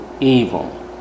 evil